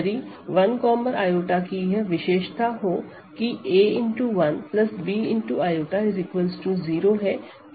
यदि 1 i की यह विशेषता हो कि a 1 b i 0 है